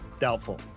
Doubtful